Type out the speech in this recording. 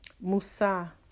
Musa